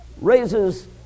raises